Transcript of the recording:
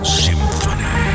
symphony